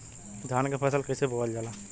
धान क फसल कईसे बोवल जाला?